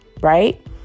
right